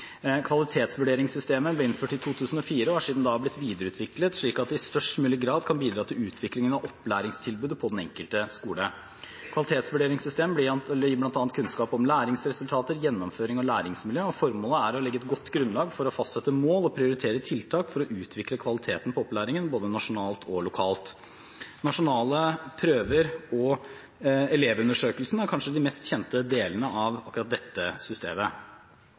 Kvalitetsvurderingssystemet ble innført i 2004 og har siden da blitt videreutviklet slik at det i størst mulig grad kan bidra til utviklingen av opplæringstilbudet på den enkelte skole. Kvalitetsvurderingssystemet gir bl.a. kunnskap om læringsresultater, gjennomføring og læringsmiljø. Formålet er å legge et godt grunnlag for å fastsette mål og prioritere tiltak for å utvikle kvaliteten på opplæringen, både nasjonalt og lokalt. Nasjonale prøver og elevundersøkelsene er kanskje de mest kjente delene av akkurat dette systemet.